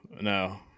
no